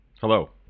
hello